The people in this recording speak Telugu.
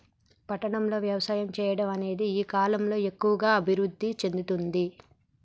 పట్టణం లో వ్యవసాయం చెయ్యడం అనేది ఈ కలం లో ఎక్కువుగా అభివృద్ధి చెందుతుంది